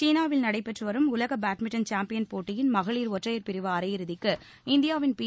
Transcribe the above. சீனாவில் நடைபெற்று வரும் உலக பேட்மிண்டன் சாம்பியன் போட்டியில் மகளிர் ஒற்றையர் பிரிவு அரையிறுதிக்கு இந்தியாவின் பி